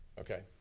okay.